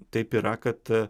taip yra kad